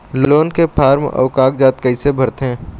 Loan के form अऊ कागजात कइसे भरथें?